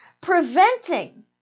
preventing